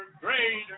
greater